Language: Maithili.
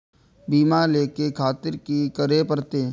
बीमा लेके खातिर की करें परतें?